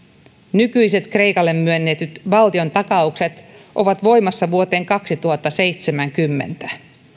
nykyiset kreikalle myönnetyt valtiontakaukset ovat voimassa vuoteen kaksituhattaseitsemänkymmentä